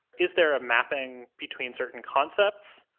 is there a mapping between certain concepts?